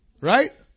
Right